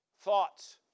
Thoughts